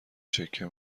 چکه